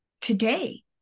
today